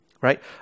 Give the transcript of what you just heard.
Right